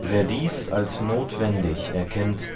wer dies als notwendig erkennt